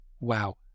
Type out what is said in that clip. Wow